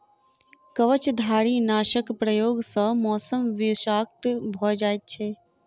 कवचधारीनाशक प्रयोग सॅ मौस विषाक्त भ जाइत छै